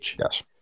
Yes